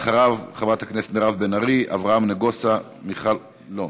אחריו, חברת הכנסת מירב בן ארי, אברהם נגוסה, לא,